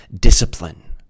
discipline